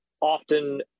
often